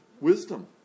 wisdom